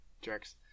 Jerks